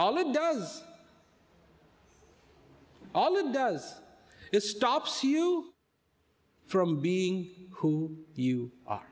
all it does all of does is stops you from being who you are